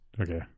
okay